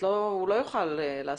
הוא לא יוכל לעשות.